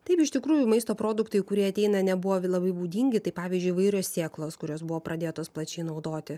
taip iš tikrųjų maisto produktai kurie ateina nebuvo labai būdingi tai pavyzdžiui įvairios sėklos kurios buvo pradėtos plačiai naudoti